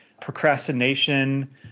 procrastination